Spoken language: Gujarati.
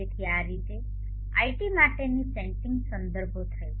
તેથી આ રીતે iT માટેની સેટિંગ સંદર્ભો થઈ